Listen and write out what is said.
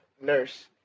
nurse